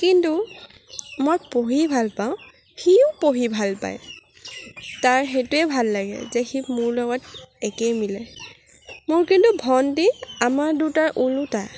কিন্তু মই পঢ়ি ভালপাওঁ সিও পঢ়ি ভাল পায় তাৰ সেইটোৱে ভাল লাগে যে সি মোৰ লগত একেই মিলে মোৰ কিন্তু ভন্টি আমাৰ দুটাৰ ওলোটা